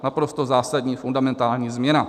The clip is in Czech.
Naprosto zásadní, fundamentální změna.